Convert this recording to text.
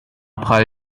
bħal